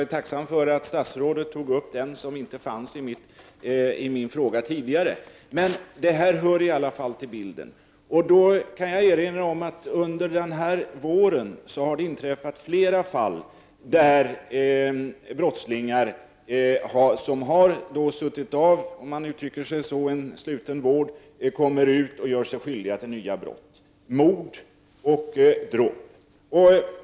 Jag är tacksam för att statsrådet berörde den som inte omfattades av min fråga tidigare. Men det här hör i alla fall till bilden. Jag kan erinra om att det under denna vår har inträffat flera fall då brottslingar som suttit av sluten vård, så att säga, kommit ut och gjort sig skyldiga till nya brott: mord och dråp.